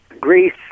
Greece